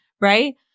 right